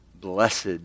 Blessed